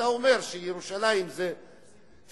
ואתה אומר שירושלים זה שלנו?